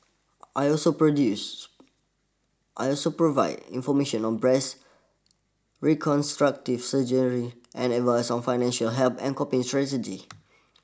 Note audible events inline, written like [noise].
I also produces I also provide information on breast reconstructive surgery and advice on financial help and coping strategies [noise]